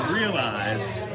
realized